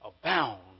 abound